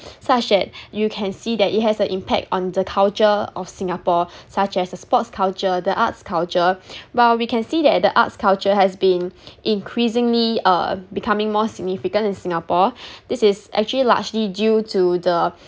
such that you can see that it has an impact on the culture of singapore such as the sports culture the arts culture while we can see that the arts culture has been increasingly uh becoming more significant in singapore this is actually largely due to the